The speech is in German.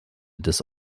des